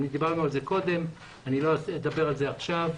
דיברנו על זה קודם ואני לא אדבר על זה עכשיו.